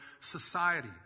society